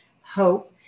hope